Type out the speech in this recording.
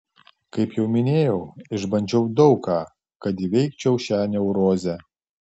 kaip jau minėjau išbandžiau daug ką kad įveikčiau šią neurozę